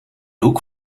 hoek